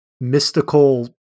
mystical